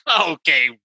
Okay